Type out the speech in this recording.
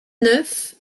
neuf